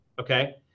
okay